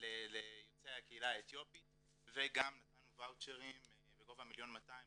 ליוצאי הקהילה האתיופית וגם נתנו ואוצ'רים בגובה 1.2 מיליון שקלים